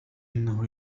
إنه